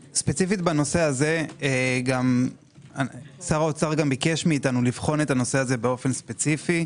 בנושא הזה ספציפית גם שר האוצר ביקש מאתנו לבחון את הנושא באופן ספציפי.